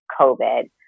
COVID